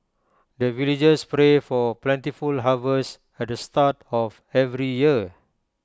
the villagers pray for plentiful harvest at the start of every year